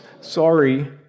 sorry